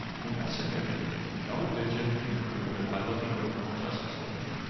okay, that's significant, double-digit improvement by looking at the criminal justice data.